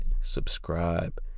subscribe